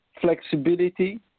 flexibility